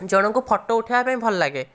ଜଣକୁ ଫୋଟୋ ଉଠାଇବା ପାଇଁ ଭଲଲାଗେ